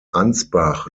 ansbach